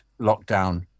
lockdown